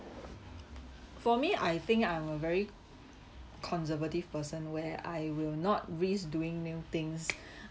for me I think I'm a very conservative person where I will not risk doing new things